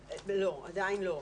לא, עדיין לא.